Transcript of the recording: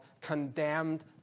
condemned